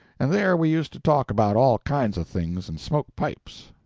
and there we used to talk about all kinds of things, and smoke pipes.